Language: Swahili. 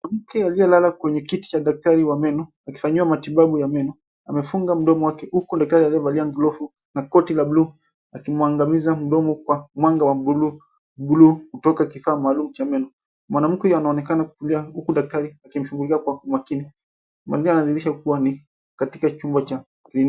Mwanamke aliyelala kwenye kiti cha daktari wa meno, akifanyiwa matibabu ya meno, amefunga mdomo wake huko daktari aliyevalia glovu na koti ya buluu akimwangamiza mdomo kwa mwanga wa buluu, buluu kutoka kifaa maalum cha meno, mwanamke huku anaonekana kulia huku daktari akimchungulia kwa umakini, mazingira yanadhihirisha kuwa ni katika chumba cha klinki.